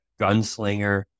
gunslinger